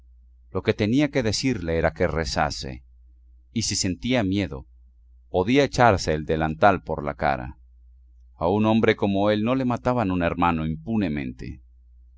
lo que tenía que decirle era que rezase y si sentía miedo podía echarse el delantal por la cara a un hombre como él no le mataban un hermano impunemente